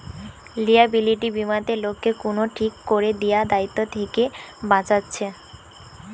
liability বীমাতে লোককে কুনো ঠিক কোরে দিয়া দায়িত্ব থিকে বাঁচাচ্ছে